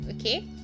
okay